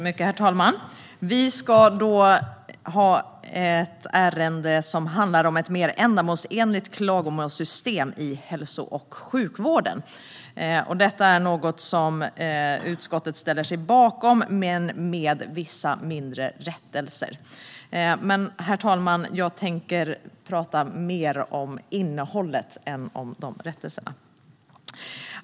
Herr talman! Vi ska nu debattera ett ärende som handlar om ett mer ändamålsenligt klagomålssystem i hälso och sjukvården. Detta är något som utskottet ställer sig bakom, med vissa mindre rättelser. Jag tänker dock prata mer om innehållet än om rättelserna.